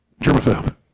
germaphobe